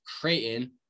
Creighton